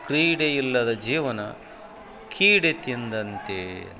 ಕ್ರೀಡೆಯಿಲ್ಲದ ಜೀವನ ಕೀಡೆ ತಿಂದಂತೆ